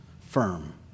firm